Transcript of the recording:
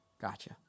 Gotcha